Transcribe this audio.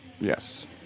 Yes